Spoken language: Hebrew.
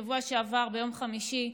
בשבוע שעבר, ביום חמישי,